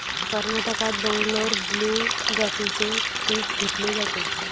कर्नाटकात बंगलोर ब्लू जातीचे पीक घेतले जाते